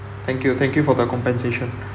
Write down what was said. thank you thank you for the compensation